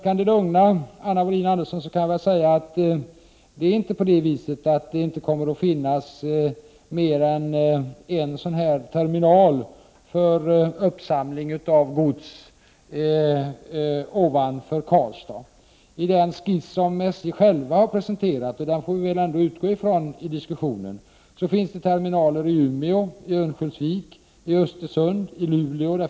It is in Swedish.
Jag skall försöka lugna Anna Wohlin-Andersson genom att säga att det kommer att finnas mer än en terminal norr om Karlstad för uppsamling av gods. Enligt den skiss som SJ självt har presenterat, vilken vi måste utgå ifrån i diskussionen, finns det terminaler i Umeå, i Örnsköldsvik, i Östersund och i Luleå.